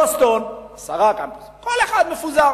בוסטון, עשרה קמפוסים, כל אחד מפוזר.